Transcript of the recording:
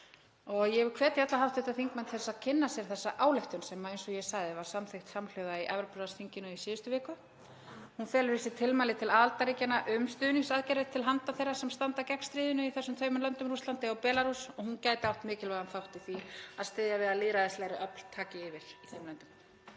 Ég vil hvetja alla hv. þingmenn til að kynna sér þessa ályktun sem, eins og ég sagði, var samþykkt samhljóða í Evrópuráðsþinginu í síðustu viku. Hún felur í sér tilmæli til aðildarríkjanna um stuðningsaðgerðir til handa þeim sem standa gegn stríðinu í þessum tveimur löndum, Rússlandi og Belarús, og hún gæti átt mikilvægan þátt í því að styðja við að lýðræðislegri öfl taki yfir í þeim löndum.